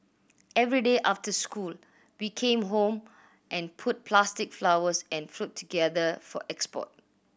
every day after school we came home and put plastic flowers and fruit together for export